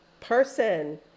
person